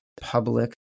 public